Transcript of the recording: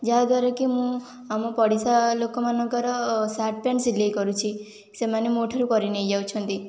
ଯାହାଦ୍ୱାରା କି ମୁଁ ଆମ ପଡ଼ିଶା ଲୋକମାନଙ୍କର ସାର୍ଟ ପ୍ୟାଣ୍ଟ ସିଲେଇ କରୁଛି ସେମାନେ ମୋ ଠାରୁ କରି ନେଇଯାଉଛନ୍ତି